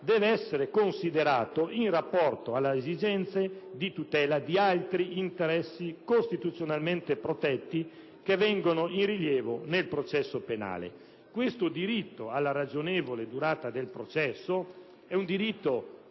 deve essere considerato in rapporto alle esigenze di tutela di altri interessi costituzionalmente protetti che vengono in rilievo nel processo penale. Il diritto alla ragionevole durata del processo viene